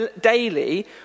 daily